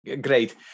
great